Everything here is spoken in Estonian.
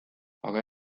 aga